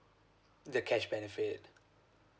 the cash benefit